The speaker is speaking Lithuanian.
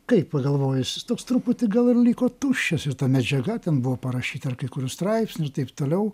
kaip pagalvojus jis toks truputį gal ir liko tuščias ir ta medžiaga ten buvo parašyta ir kai kurių straipsnių ir taip toliau